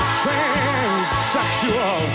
transsexual